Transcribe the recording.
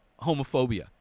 homophobia